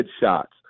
shots